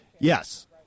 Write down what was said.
Yes